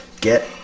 get